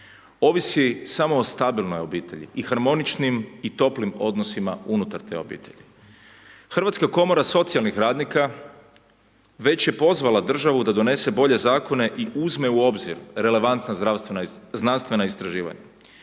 ovisi samo o stabilnoj obitelji i harmoničnim i toplim odnosima unutar te obitelji. Hrvatska komora socijalnih radnika već je pozvala državu da donese bolje zakone i uzme u obzir relevantna zdravstvena, znanstvena istraživanja.